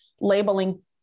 labeling